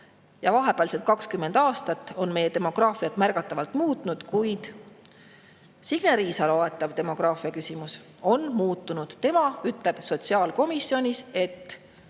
ja vahepealsed 20 aastat on meie demograafiat märgatavalt muutnud, kuid Signe Riisalo aetav demograafiaküsimus on muutunud. Tema ütleb sotsiaalkomisjonis, et